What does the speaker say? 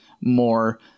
more